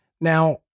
Now